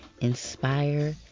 inspire